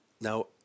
Now